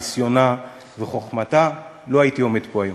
ניסיונה וחוכמתה לא הייתי עומד פה היום,